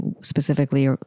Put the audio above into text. specifically